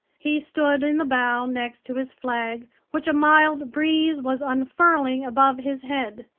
he stood in the bow next to his flag, which a mild breeze was unfurling above his head.